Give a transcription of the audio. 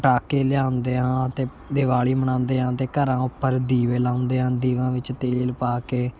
ਪਟਾਕੇ ਲਿਆਉਂਦੇ ਹਾਂ ਅਤੇ ਦਿਵਾਲੀ ਮਨਾਉਂਦੇ ਹਾਂ ਅਤੇ ਘਰਾਂ ਉੱਪਰ ਦੀਵੇ ਲਾਉਂਦੇ ਹਾਂ ਦੀਵਿਆਂ ਵਿੱਚ ਤੇਲ ਪਾ ਕੇ